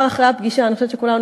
אני חושבת שמחר,